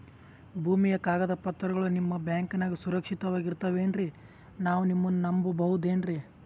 ಭೂಮಿಯ ಕಾಗದ ಪತ್ರಗಳು ನಿಮ್ಮ ಬ್ಯಾಂಕನಾಗ ಸುರಕ್ಷಿತವಾಗಿ ಇರತಾವೇನ್ರಿ ನಾವು ನಿಮ್ಮನ್ನ ನಮ್ ಬಬಹುದೇನ್ರಿ?